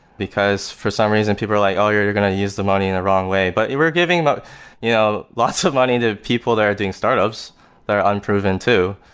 because for some reason people are like, oh, you're you're going to use the money in the wrong way. but you were giving about you know lots of money to people that are doing startups that are unproven too.